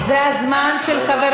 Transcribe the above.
לא נכון?